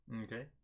okay